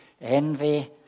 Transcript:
envy